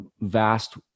vast